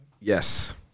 yes